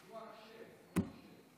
תנו הקשב, תנו הקשב.